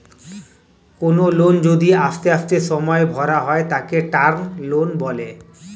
কোনো লোন যদি আস্তে আস্তে সময়ে ভরা হয় তাকে টার্ম লোন বলে